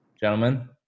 Gentlemen